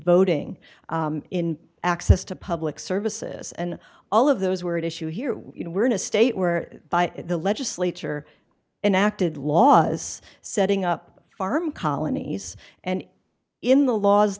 voting in access to public services and all of those were at issue here you know we're in a state where the legislature enacted laws setting up farm colonies and in